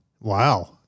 Wow